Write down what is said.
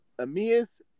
Amias